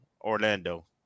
Orlando